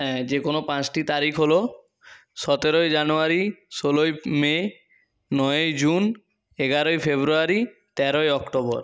যে কোনো পাঁচটি তারিখ হলো সতেরোই জানুয়ারি ষোলোই মে নয়েই জুন এগারোই ফেব্রুয়ারি তেরোই অক্টোবর